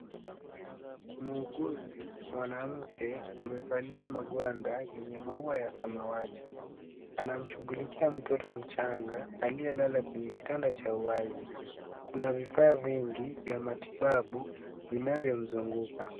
Muuguzi mwanamke amevalia magwanda yenye maua ya samawati. Anamshughulikia mtoto mchanga aliyelala kwenye kitanda cha uwazi. Kuna vifaa vingi vya matibabu vinavyomzunguka.